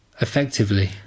effectively